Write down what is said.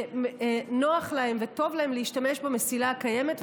נוח להם וטוב להם להשתמש במסילה הקיימת.